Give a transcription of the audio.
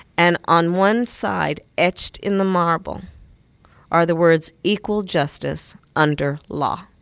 and on one side etched in the marble are the words equal justice under law.